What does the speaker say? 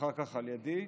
ואחר כך על ידי.